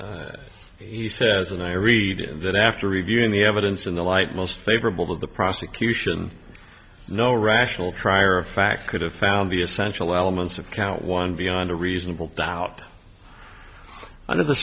this he says when i read it after reviewing the evidence in the light most favorable of the prosecution no rational trier of fact could have found the essential elements of count one beyond a reasonable doubt under the